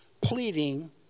pleading